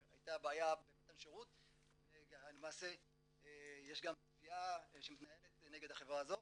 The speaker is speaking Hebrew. שהייתה בעיה במתן שירות ולמעשה יש גם תביעה שמתנהלת נגד החברה הזו,